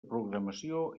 programació